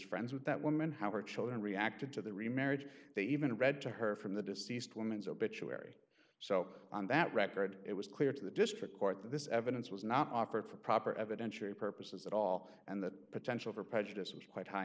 friends with that woman how her children reacted to the remarriage they even read to her from the deceased woman's obituary so on that record it was clear to the district court that this evidence was not offered for proper evidentiary purposes at all and that potential for prejudice was quite high